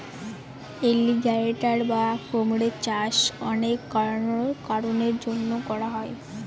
alligator বা কুমিরের চাষ অনেক কারনের জন্য করা হয়